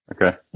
Okay